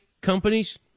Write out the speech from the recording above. companies